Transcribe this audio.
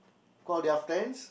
call their friends